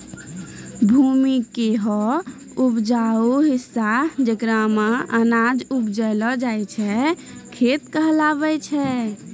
भूमि के हौ उपजाऊ हिस्सा जेकरा मॅ अनाज उपजैलो जाय छै खेत कहलावै छै